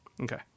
Okay